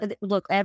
look